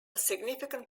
significant